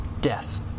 death